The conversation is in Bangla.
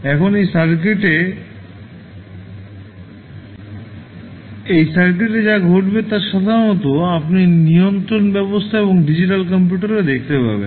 এখন এটি সার্কিটে যা ঘটবে তা সাধারণত আপনি নিয়ন্ত্রণ ব্যবস্থা এবং ডিজিটাল কম্পিউটারেও দেখতে পাবেন